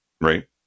right